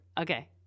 Okay